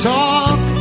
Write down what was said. talk